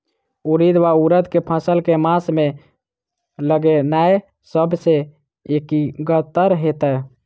उड़ीद वा उड़द केँ फसल केँ मास मे लगेनाय सब सऽ उकीतगर हेतै?